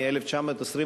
מ-1929,